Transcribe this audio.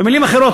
במילים אחרות,